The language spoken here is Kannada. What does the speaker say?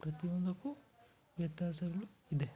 ಪ್ರತಿಯೊಂದಕ್ಕು ವ್ಯತ್ಯಾಸಗಳು ಇದೆ